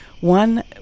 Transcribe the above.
One